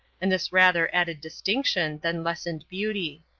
and this rather added distinction than lessened beauty.